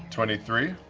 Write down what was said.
twenty three?